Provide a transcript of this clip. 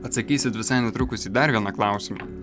atsakysit visai netrukus į dar vieną klausimą